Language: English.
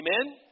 Amen